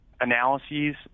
analyses